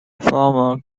former